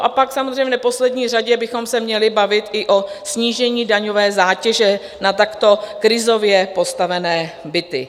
A pak v neposlední řadě bychom se měli bavit i o snížení daňové zátěže na takto krizově postavené byty.